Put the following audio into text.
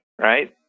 Right